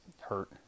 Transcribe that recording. hurt